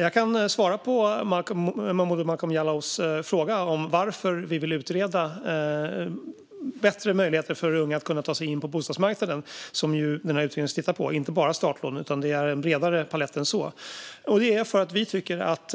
Jag kan svara på Momodou Malcolm Jallows fråga om varför vi vill utreda bättre möjligheter för unga att kunna ta sig in på bostadsmarknaden, som den här utredningen ska titta på och inte bara startlån. Det är alltså en bredare palett än så. Vi tycker att